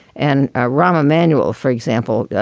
and rahm emanuel, for example,